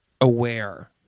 aware